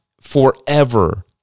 forever